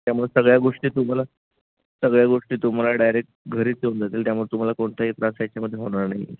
त्यामुळे सगळ्या गोष्टी तुम्हाला सगळ्या गोष्टी तुम्हाला डायरेक्ट घरीच येऊन जातील त्यामुळे तुम्हाला कोणताही त्रास याच्यामध्ये होणार नाही